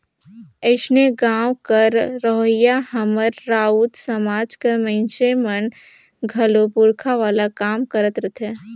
अइसने गाँव कर रहोइया हमर राउत समाज कर मइनसे मन घलो पूरखा वाला काम करत रहथें